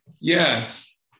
Yes